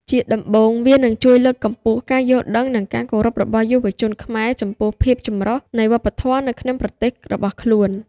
ជាដំបូង វានឹងជួយលើកកម្ពស់ការយល់ដឹងនិងការគោរពរបស់យុវជនខ្មែរចំពោះភាពចម្រុះនៃវប្បធម៌នៅក្នុងប្រទេសរបស់ខ្លួន។